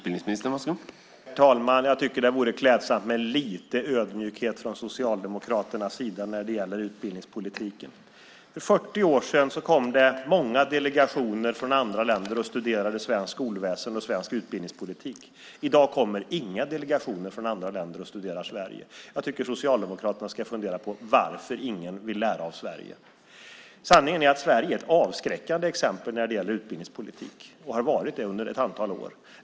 Herr talman! Jag tycker att det vore klädsamt med lite ödmjukhet från Socialdemokraternas sida när det gäller utbildningspolitiken. För 40 år sedan kom det många delegationer från andra länder och studerade svenskt skolväsen och svensk utbildningspolitik. I dag kommer inga delegationer från andra länder och studerar Sverige. Jag tycker att Socialdemokraterna ska fundera på varför ingen vill lära av Sverige. Sanningen är att Sverige är ett avskräckande exempel när det gäller utbildningspolitik och har varit det under ett antal år.